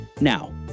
Now